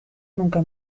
nunca